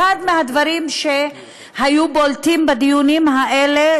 אחד הדברים שהיו בולטים בדיונים האלה,